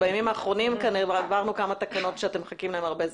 בימים האחרונים כאן העברנו כמה תקנות שאתם מחכים להם הרבה זמן.